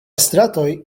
stratoj